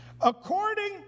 According